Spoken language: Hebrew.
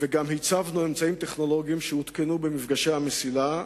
וגם הצבנו אמצעים טכנולוגיים שהתקנו במפגשי המסילה,